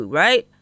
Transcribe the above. right